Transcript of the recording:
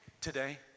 today